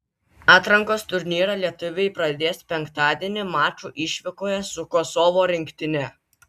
atrankos turnyrą lietuviai pradės penktadienį maču išvykoje su kosovo rinktine